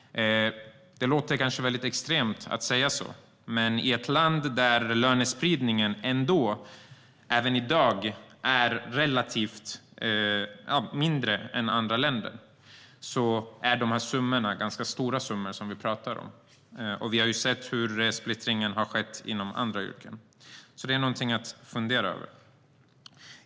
Det kan låta extremt att säga så, men i ett land där lönespridningen i dag är mindre än i andra länder är de summor vi pratar om ganska stora. Vi har sett hur splittring har skett inom andra yrken, så det är något att fundera över.